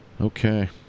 Okay